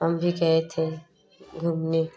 हम भी गए थे घूमने